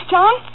John